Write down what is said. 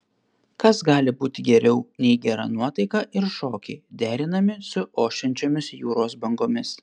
kas gali būti geriau nei gera nuotaika ir šokiai derinami su ošiančiomis jūros bangomis